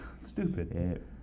Stupid